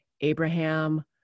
Abraham